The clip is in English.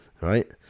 Right